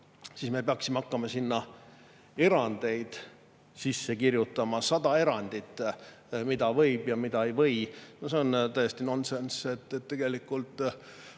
siis me peaksime hakkama sinna erandeid sisse kirjutama, sada erandit selle kohta, mida võib ja mida ei või. See on täiesti nonsenss. Tegelikult